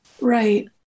Right